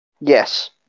yes